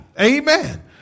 Amen